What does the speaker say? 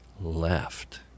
left